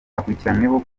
akurikiranweho